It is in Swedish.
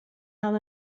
han